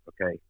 Okay